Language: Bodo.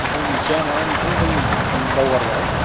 ओमफ्राय मोनसेया मा मोनसेखौ जों आं बावगारबाय